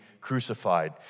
crucified